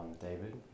David